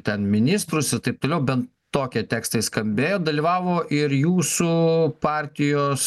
ten ministrus ir taip toliau ben tokie tekstai skambėjo dalyvavo ir jūsų partijos